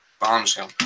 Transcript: Bombshell